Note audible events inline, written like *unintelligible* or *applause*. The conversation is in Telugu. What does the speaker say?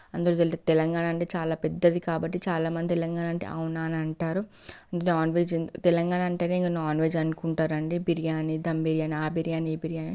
*unintelligible* తెలంగాణ అంటే చాలా పెద్దది కాబట్టి చాలా మంది తెలంగాణ అంటే అవునా అని అంటారు నాన్వెజ్ తెలంగాణ అంటేనే ఇంకా నాన్వెజ్ అనుకుంటారండి బిర్యానీ దమ్ బిర్యాని ఆ బిర్యాని ఈ బిర్యానీ